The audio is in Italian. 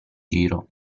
giro